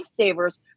lifesavers